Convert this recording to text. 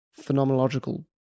phenomenological